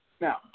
Now